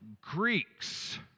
Greeks